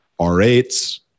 R8s